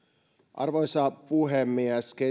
arvoisa puhemies